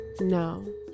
No